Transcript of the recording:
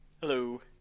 Hello